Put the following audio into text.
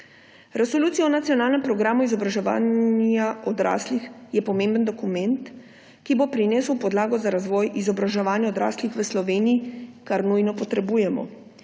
Resolucija o nacionalnem programu izobraževanja odraslih je pomemben dokument, ki bo prinesel podlago za razvoj izobraževanja odraslih v Sloveniji, kar nujno potrebujemo,